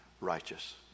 righteous